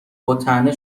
باطعنه